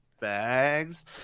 bags